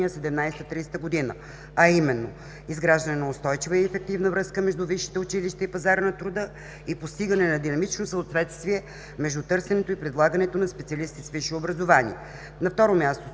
а именно: изграждане на устойчива и ефективна връзка между висшите училища и пазара на труда и постигане на динамично съответствие между търсенето и предлагането на специалисти с